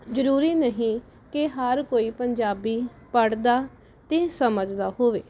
ਜ਼ਰੂਰੀ ਨਹੀਂ ਕਿ ਹਰ ਕੋਈ ਪੰਜਾਬੀ ਪੜ੍ਹਦਾ ਅਤੇ ਸਮਝਦਾ ਹੋਵੇ